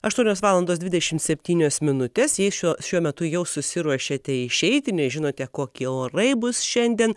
aštuonios valandos dvidešimt septynios minutės jei šiuo šiuo metu jau susiruošėte išeiti nežinote kokie orai bus šiandien